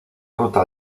ruta